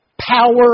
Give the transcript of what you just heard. power